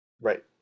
Right